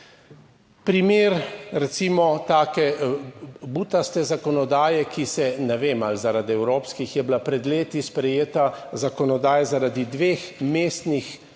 Primer recimo take butaste zakonodaje, ki se, ne vem ali zaradi evropskih, je bila pred leti sprejeta zakonodaja, zaradi dveh mestnih